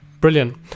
brilliant